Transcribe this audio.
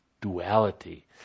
duality